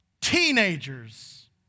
teenagers